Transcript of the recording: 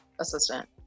assistant